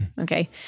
Okay